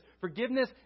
Forgiveness